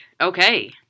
okay